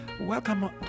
Welcome